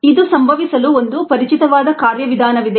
ಇದು ಸಂಭವಿಸಲು ಒಂದು ಪರಿಚಿತವಾದ ಕಾರ್ಯವಿಧಾನವಿದೆ